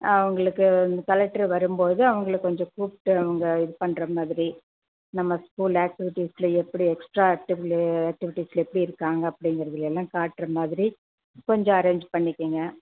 அவங்களுக்கு கலெக்ட்ரு வரும்போது அவங்கள கொஞ்சம் கூப்பிட்டு அவங்க இது பண்ணுற மாதிரி நம்ம ஸ்கூல் ஆக்டிவிட்டிஸில் எப்படி எக்ஸ்டரா ஆக்டிவ்ல ஆக்டிவிட்டிஸில் எப்படி இருக்காங்க அப்படிங்கிறதுல எல்லாம் காட்டுற மாதிரி கொஞ்சம் அரேஞ்ச் பண்ணிக்கங்க